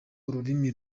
ururimi